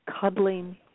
cuddling